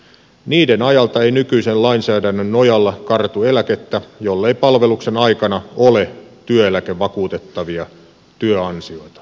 niiden ajalta ei nykyisen lainsäädännön nojalla kartu eläkettä jollei palveluksen aikana ole työeläkevakuutettavia työansioita